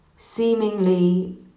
Seemingly